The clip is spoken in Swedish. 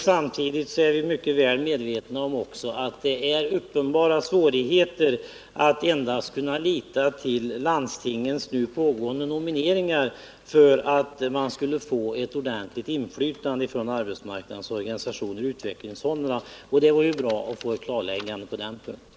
Samtidigt är vi väl medvetna om att det medför uppenbara svårigheter att endast kunna lita till landstingens nu pågående nominering för att få ett ordentligt inflytande i utvecklingsfondernas styrelser från arbetsmarknadens organisationer. Det var bra att få ett klarläggande på den punkten.